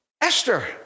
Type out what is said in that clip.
Esther